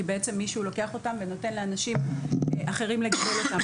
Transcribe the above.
כי בעצם מישהו לוקח אותם ונותן לאנשים אחרים לגדל אותם.